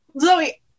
Zoe